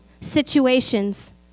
situations